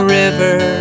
river